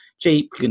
cheap